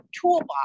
toolbox